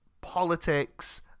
politics